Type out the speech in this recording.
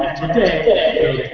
today,